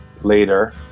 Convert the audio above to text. Later